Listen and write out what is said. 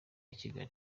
kigali